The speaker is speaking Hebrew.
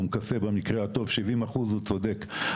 הוא מכסה במקרה הטוב 70%, הוא צודק.